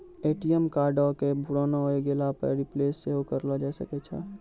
ATM कार्डो के पुराना होय गेला पे रिप्लेस सेहो करैलो जाय सकै छै